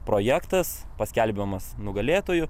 projektas paskelbiamas nugalėtoju